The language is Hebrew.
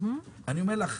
אני אומר לך,